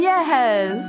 Yes